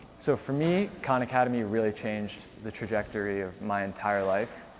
so for me, khan academy really changed the trajectory of my entire life.